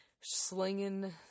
slinging